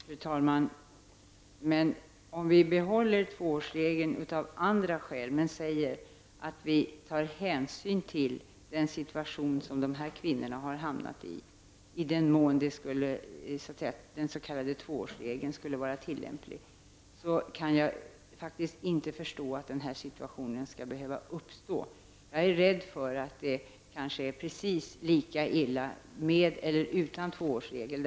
Fru talman! Om vi behåller tvåårsregeln av andra skäl men säger att vi i den mån den s.k. tvåårsregeln skulle vara tillämplig tar hänsyn till den situation som dessa kvinnor har hamnat i, kan jag faktiskt inte förstå att den här situationen skall behöva uppstå. Jag är rädd för att det är precis lika illa med eller utan tvåårsregeln.